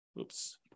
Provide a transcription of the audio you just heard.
oops